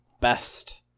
best